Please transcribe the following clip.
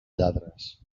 lladres